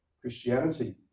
Christianity